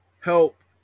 help